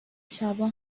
شبا